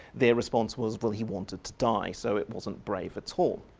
their response was well he wanted to die so it wasn't brave at all.